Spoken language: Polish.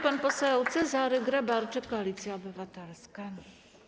Pan poseł Cezary Grabarczyk, Koalicja Obywatelska.